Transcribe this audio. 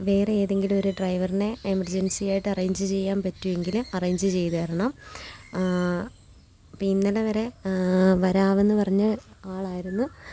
വേറെ ഏതെങ്കിലും ഒരു ഡ്രൈവറിനെ എമർജൻസിയായിട്ട് അറേഞ്ച് ചെയ്യാൻ പറ്റുമെങ്കിൽ അറേഞ്ച് ചെയ്തു തരണം അപ്പോൾ ഇന്നലെവരെ വരാമെന്നു പറഞ്ഞ ആളായിരുന്നു